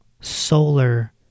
solar